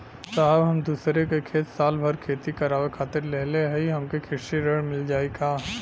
साहब हम दूसरे क खेत साल भर खेती करावे खातिर लेहले हई हमके कृषि ऋण मिल जाई का?